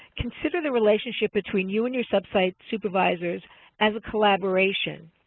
consider the relationship between you and your sub-site supervisors as a collaboration.